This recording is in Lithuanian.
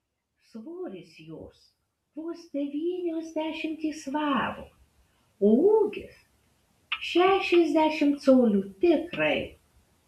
svoris jos vos devynios dešimtys svarų o ūgis šešiasdešimt colių tikrai